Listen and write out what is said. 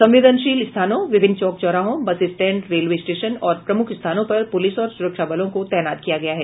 संवदेनशील स्थानों विभिन्न चौक चौराहों बस स्टैंड रेलवे स्टेशन और प्रमुख स्थानों पर पुलिस और सुरक्षा बलों को तैनात किया गया है